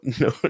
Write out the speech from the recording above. no